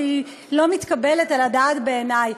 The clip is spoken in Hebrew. שהיא לא מתקבלת על הדעת בעיני,